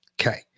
Okay